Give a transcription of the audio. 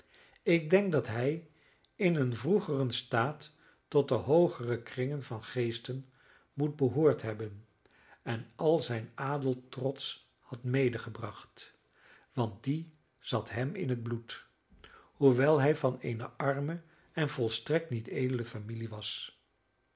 ik denk dat hij in een vroegeren staat tot de hoogere kringen van geesten moet behoord hebben en al zijn adeltrots had medegebracht want die zat hem in het bloed hoewel hij van eene arme en volstrekt niet edele familie was